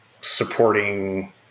supporting